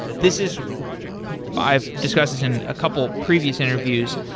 this is i've discussed this in a couple of previous interviews.